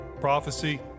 prophecy